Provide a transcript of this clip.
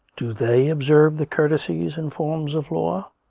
do they observe the courtesies and forms of law?